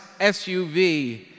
SUV